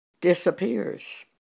disappears